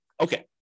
Okay